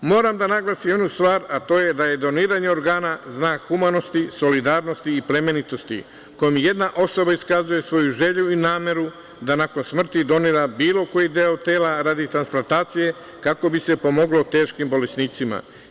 Moram da naglasim jednu stvar, a to je da je doniranje organa znak humanosti, solidarnosti i plemenitosti kome jedna osoba iskazuje svoju želju i nameru da nakon smrti donira bilo koji deo tela radi transplantacije kako bi se pomoglo teškim bolesnicima.